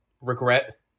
regret